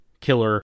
killer